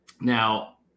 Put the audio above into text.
Now